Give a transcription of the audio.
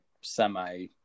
semi